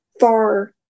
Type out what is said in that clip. far